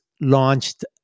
launched